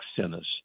centers